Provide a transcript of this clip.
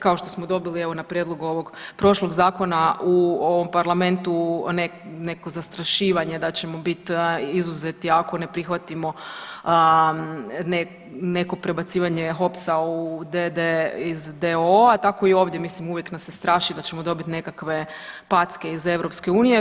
Kao što smo dobili evo na prijedlog ovog prošloj zakona u ovom Parlamentu neko zastrašivanje da ćemo biti izuzetni ako ne prihvatimo neko prebacivanje HOPS-a u d.d. iz d.o.o. tako i ovdje mislim uvijek nas se straši da ćemo dobiti nekakve packe iz Europske unije.